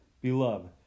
Beloved